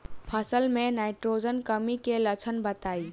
फसल में नाइट्रोजन कमी के लक्षण बताइ?